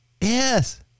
yes